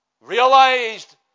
realized